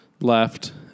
left